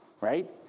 right